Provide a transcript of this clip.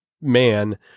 man